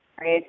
right